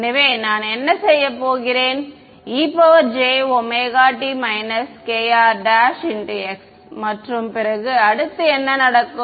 எனவே நான் என்ன செய்ய போகிறேன் e j ωt kr′x மற்றும் பிறகு அடுத்து என்ன நடக்கும்